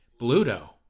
Bluto